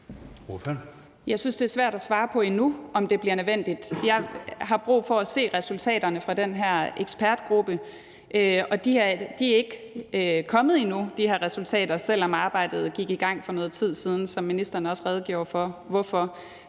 Jeg synes, det er svært at svare på endnu, om det bliver nødvendigt. Jeg har brug for at se resultaterne fra den her ekspertgruppe. Og de resultater er ikke kommet endnu, selv om arbejdet gik i gang for noget tid siden, som ministeren også redegjorde for.